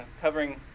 Covering